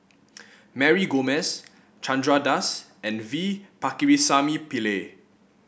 Mary Gomes Chandra Das and V Pakirisamy Pillai